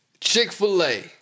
Chick-fil-A